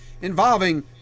involving